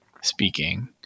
speaking